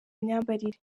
myambarire